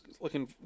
looking